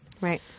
Right